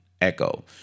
Echo